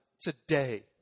today